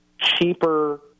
cheaper